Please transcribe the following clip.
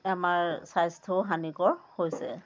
আমাৰ স্বাস্থ্যও হানিকৰ হৈছে